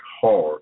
hard